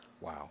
Wow